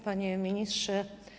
Panie Ministrze!